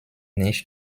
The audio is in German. nicht